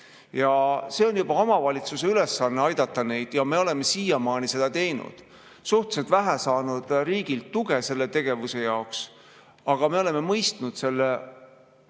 On juba omavalitsuse ülesanne neid aidata ja me oleme siiamaani seda teinud. Suhteliselt vähe oleme saanud riigilt tuge selle tegevuse jaoks, aga me oleme mõistnud selle